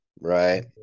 Right